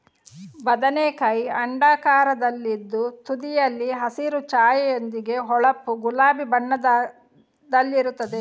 ಬದನೆಕಾಯಿ ಅಂಡಾಕಾರದಲ್ಲಿದ್ದು ತುದಿಯಲ್ಲಿ ಹಸಿರು ಛಾಯೆಯೊಂದಿಗೆ ಹೊಳಪು ಗುಲಾಬಿ ಬಣ್ಣದಲ್ಲಿರುತ್ತದೆ